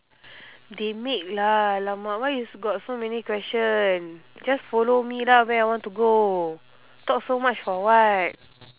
they make lah !alamak! why you got so many question just follow me lah where I want to go talk so much for what